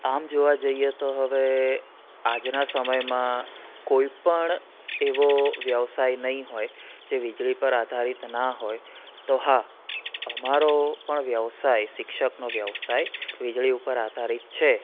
આમ જોવા જઈએ તો હવે આજના સમયમાં કોઈપણ એવો વ્યવસાય નહીં હોય જે વીજળી પર આધારિત ના હોય તો હા અમારો પણ વ્યવસાય શિક્ષકનો વ્યવસાય વીજળી ઉપર આધારિત છે